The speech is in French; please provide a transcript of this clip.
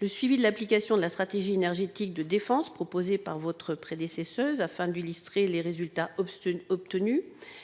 le suivi de l'application de la stratégie énergétique de défense, proposée par votre prédécesseure, afin d'illustrer les résultats obtenus ;